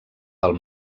del